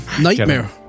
Nightmare